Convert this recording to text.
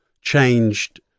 changed